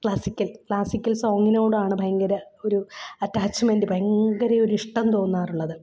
classical classical സോങിനോടാണ് ഭയങ്കര ഒരു അറ്റാച്ച്മെൻറ്റ് ഭയങ്കര ഒരു ഇഷ്ടം തോന്നാറുള്ളത്